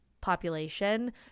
population